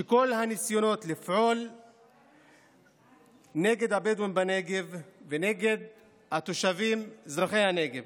שכל הניסיון לפעול נגד הבדואים בנגב ונגד התושבים אזרחי הנגב